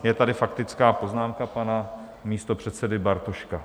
Je tady faktická poznámka pana místopředsedy Bartoška.